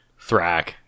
Thrak